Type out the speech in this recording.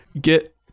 get